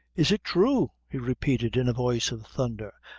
is it thrue, he repeated, in a voice of thunder,